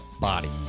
body